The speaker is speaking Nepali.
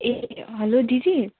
ए हेलो दिदी